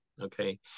Okay